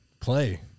play